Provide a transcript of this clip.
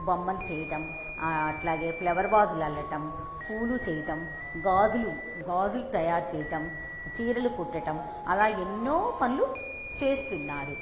బొమ్మలు చేయటం అట్లాగే ఫ్లవర్ వాజ్లు అల్లటం పూలు చేయటం గాజులు గాజులు తయారు చేయటం చీరలు కుట్టటం అలా ఎన్నో పనులు చేస్తున్నారు